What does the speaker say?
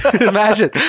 Imagine